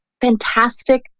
fantastic